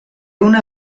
una